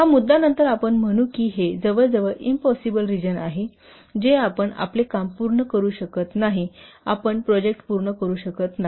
हा मुद्दा नंतर आपण म्हणू की हे जवळजवळ इम्पॉसिबल रिजन आहे जे आपण आपले काम पूर्ण करू शकत नाही आपण प्रोजेक्ट पूर्ण करू शकत नाही